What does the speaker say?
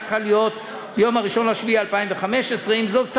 צריכה להיות ביום 1 ביולי 2015. עם זאת,